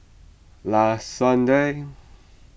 last Sunday